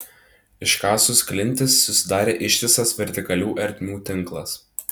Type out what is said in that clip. iškasus klintis susidarė ištisas vertikalių ertmių tinklas